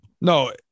No